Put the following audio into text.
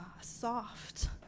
soft